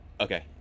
Okay